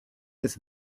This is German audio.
des